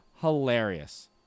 hilarious